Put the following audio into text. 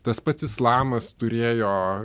tas pats islamas turėjo